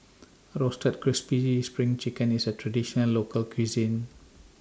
Roasted Crispy SPRING Chicken IS A Traditional Local Cuisine